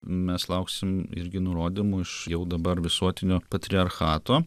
mes lauksim irgi nurodymų iš jau dabar visuotinio patriarchato